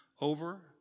over